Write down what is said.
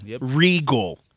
Regal